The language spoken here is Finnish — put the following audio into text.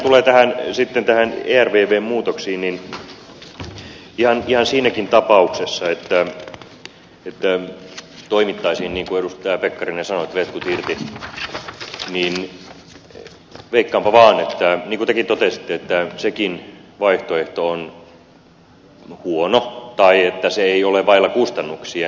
mutta mitä tulee sitten näihin ervvn muutoksiin niin ihan siinäkin tapauksessa että toimittaisiin niin kuin edustaja pekkarinen sanoi että letkut irti veikkaanpa vaan niin kuin tekin totesitte että sekin vaihtoehto on huono tai että se ei ole vailla kustannuksia